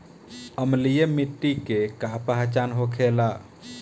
अम्लीय मिट्टी के का पहचान होखेला?